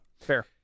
Fair